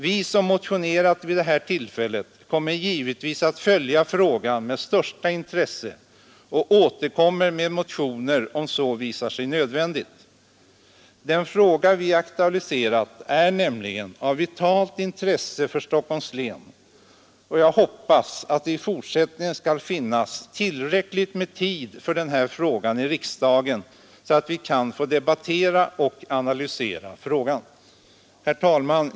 Vi som motionerat vid det här tillfället kommer givetvis att följa frågan med största intresse och återkomma med motioner om så visar sig nödvändigt. Den fråga vi aktualiserat är nämligen av vitalt intresse för Stockholms län. Jag hoppas att det i fortsättningen skall finnas tillräckligt med tid för den här saken i riksdagen så att vi kan få debattera och analysera problemet. Herr talman!